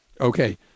Okay